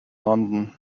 london